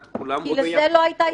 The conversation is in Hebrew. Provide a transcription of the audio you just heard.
כי לזה לא היתה התייחסות.